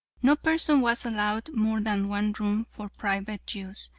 no person was allowed more than one room for private use,